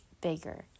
bigger